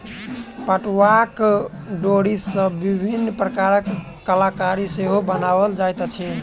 पटुआक डोरी सॅ विभिन्न प्रकारक कलाकृति सेहो बनाओल जाइत अछि